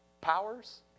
powers